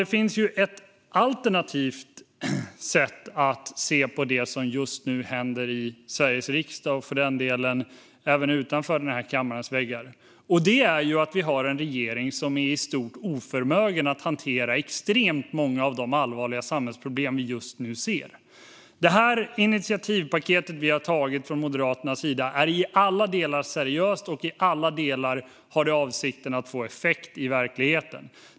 Det finns ett alternativt sätt att se på det som just nu händer i Sveriges riksdag och för den delen även utanför den här kammarens väggar. Det är att vi har en regering som är i stort oförmögen att hantera extremt många av de allvarliga samhällsproblem vi just nu ser. Det initiativpaket som vi har tagit från Moderaternas sida är i alla delar seriöst, och avsikten är att det i alla delar ska ha effekt i verkligheten.